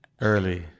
early